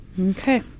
Okay